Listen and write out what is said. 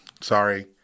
sorry